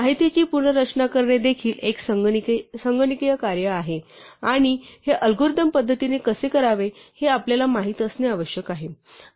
माहितीची पुनर्रचना करणे देखील एक संगणकीय कार्य आहे आणि हे अल्गोरिदम पद्धतीने कसे करावे हे आपल्याला माहित असणे आवश्यक आहे